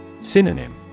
Synonym